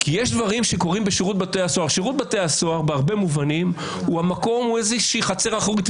שירות בתי הסוהר בהרבה מובנים הוא איזה חצר אחורית.